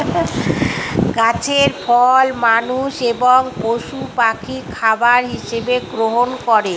গাছের ফল মানুষ এবং পশু পাখি খাবার হিসাবে গ্রহণ করে